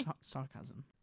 Sarcasm